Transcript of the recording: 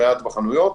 מעט בחנויות.